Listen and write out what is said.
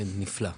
נפלא,